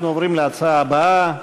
אנחנו עוברים להצעה הבאה: